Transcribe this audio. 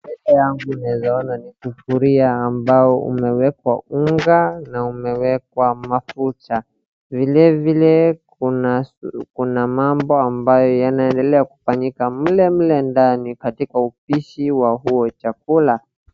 Mbele yangu naeza ona sufuria ambayo imewekwa unga na imewekwa mafuta. Vilevile kuna mambo ambayo yanendelea kufanyika mlemle ndani katika upishi wa huo chakula.